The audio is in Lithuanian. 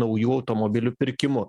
naujų automobilių pirkimu